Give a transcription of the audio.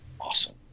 awesome